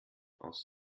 aus